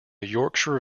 yorkshire